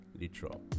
literal